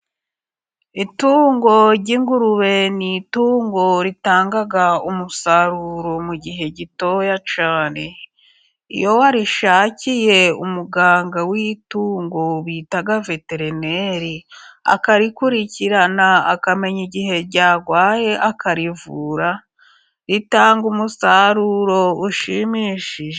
Itungo ry'ingurube ni itungo ritanga umusaruro mu gihe gitoya cyane. Iyo warishakiye umuganga w'itungo bita veterineri, akarikurikirana akamenya igihe ryarwaye akarivura, ritanga umusaruro ushimishije.